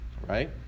right